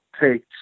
take